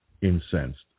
incensed